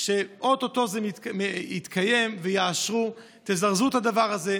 שאו-טו-טו זה יתקיים ויאשרו: תזרזו את הדבר הזה.